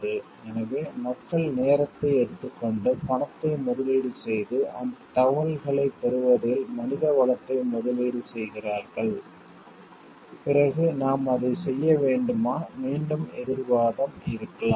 எனவே மக்கள் நேரத்தை எடுத்துக்கொண்டு பணத்தை முதலீடு செய்து அந்தத் தகவல்களைப் பெறுவதில் மனிதவளத்தை முதலீடு செய்தார்கள் பிறகு நாம் அதைச் செய்ய வேண்டுமா மீண்டும் எதிர் வாதம் இருக்கலாம்